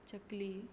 चकली